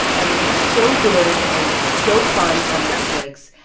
and it is so good and so fun on netflix.